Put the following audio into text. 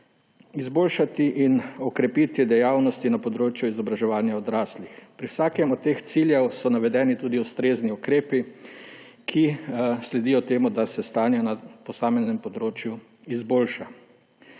izboljšati in okrepiti dejavnosti na področju izobraževanja odraslih. Pri vsakem od teh ciljev so navedeni tudi ustrezni ukrepi, ki sledijo temu, da se stanje na posameznem področju izboljša.